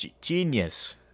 genius